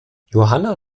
johanna